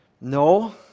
No